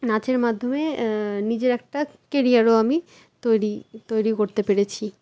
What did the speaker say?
নাচের মাধ্যমে নিজের একটা কেরিয়ারও আমি তৈরি তৈরি করতে পেরেছি